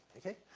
okay?